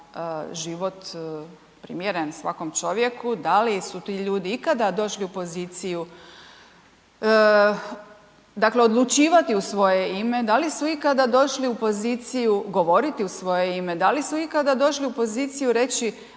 život primjeren svakom čovjeku, da li su ti ljudi ikada došli u poziciju odlučivati u svoje ime, da li su ikada došli u poziciju govoriti u svoje ime. Da li su ikada došli u poziciju reći,